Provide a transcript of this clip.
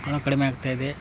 ಭಾಳ ಕಡಿಮೆ ಆಗ್ತಾಯಿದೆ